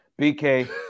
BK